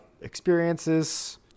experiences